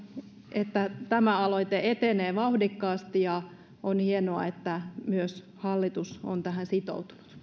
että tämä aloite etenee vauhdikkaasti ja on hienoa että myös hallitus on tähän sitoutunut